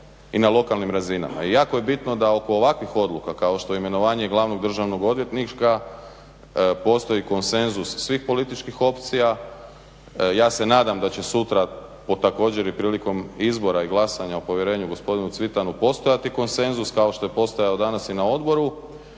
i na lokalnim razinama. I jako je bitno da oko ovakvih odluka kao što je imenovanje glavnog državnog odvjetnika postoji konsenzus svih političkih opcija. Ja se nadam da će sutra, a također i prilikom izbora i glasanja u povjerenju gospodinu Cvitanu postojati konsenzus kao što je postojao danas i na odboru